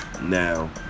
Now